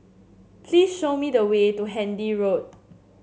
please show me the way to Handy Road